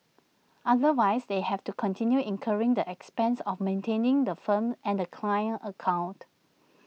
otherwise they have to continue incurring the expenses of maintaining the firm and the client account